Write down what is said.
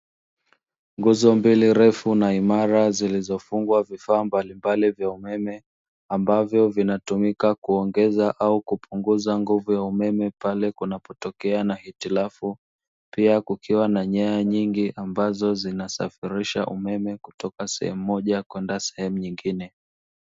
Nguzo mbili ndefu na imara zilizofungwa vifaa mbalimbali vya umeme ambavyo vinatumika kuongeza au kupunguza nguvu ya umeme pale kunapotokea na hitilafu, pia kukiwa na nyaya nyingi ambazo zinasafirisha umeme kutoka sehemu moja kwenda sehemu nyingine.